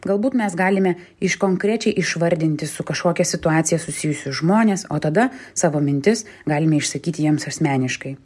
galbūt mes galime iš konkrečiai išvardinti su kažkokia situacija susijusius žmones o tada savo mintis galime išsakyti jiems asmeniškai